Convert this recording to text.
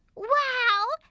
wow!